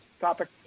topic